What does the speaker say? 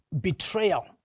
betrayal